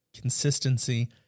consistency